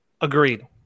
Agreed